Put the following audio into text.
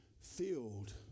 filled